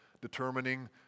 determining